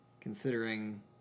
considering